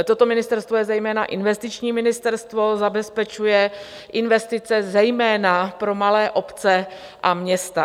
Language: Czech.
Toto ministerstvo je zejména investiční ministerstvo, zabezpečuje investice zejména pro malé obce a města.